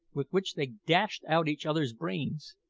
with which they dashed out each other's brains.